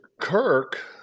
Kirk